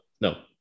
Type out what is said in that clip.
no